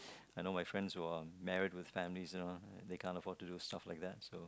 I know my friends who are married with family they can't afford to do stuff like that so